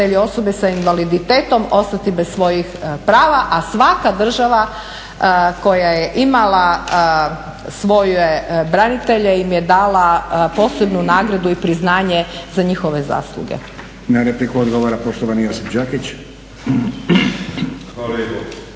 osobe sa invaliditetom ostati bez svojih prava a svaka država koja je imala svoje branitelje im je dala posebnu nagradu i priznanje za njihove zasluge.